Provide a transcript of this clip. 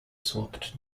swapped